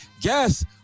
guess